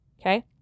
Okay